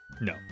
No